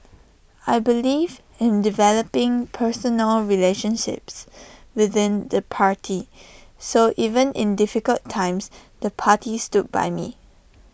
I believe in developing personal relationships within the party so even in difficult times the party stood by me